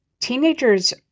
teenagers